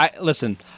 listen